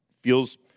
feels